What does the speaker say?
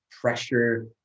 pressure